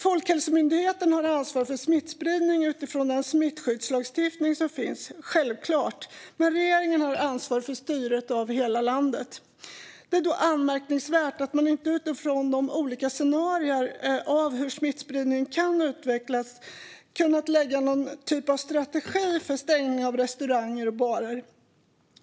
Folkhälsomyndigheten har ansvar för smittspridningen utifrån den smittskyddslagstiftning som finns, självklart, men regeringen har ansvar för styret av hela landet. Då är det anmärkningsvärt att man inte utifrån olika scenarier för hur smittspridningen kan utvecklas har kunnat lägga upp någon typ av strategi för stängning av restauranger och barer.